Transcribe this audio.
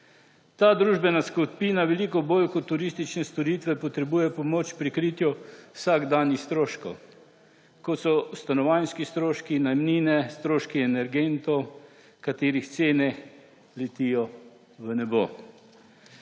Ta družbena skupina veliko bolj kot turistične storitve potrebuje pomoč pri kritju vsakdanjih stroškov kot so stanovanjski stroški, najemnine, stroški energentov, katerih cene letijo v nebo.